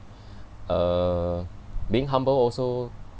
uh being humble also